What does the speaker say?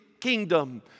kingdom